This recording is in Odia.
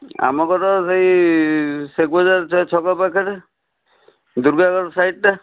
ଆମ ଘର ସେଇ ଶେକ୍ ବଜାର ଛକ ପାଖରେ ଦୁର୍ଗା ଘର ସାଇଟଟା